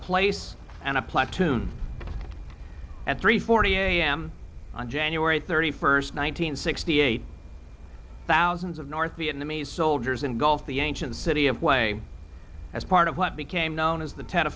a place and a platoon at three forty a m on january thirty first one hundred sixty eight thousands of north vietnamese soldiers engulfed the ancient city of play as part of what became known as the tet